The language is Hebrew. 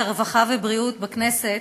הרווחה והבריאות בכנסת,